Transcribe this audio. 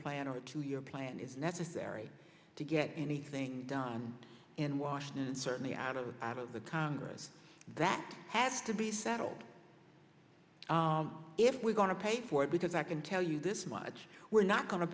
plan or two year plan is necessary to get anything done in washington and certainly out of the out of the congress that had to be settled if we're going to pay for it because i can tell you this much we're not going to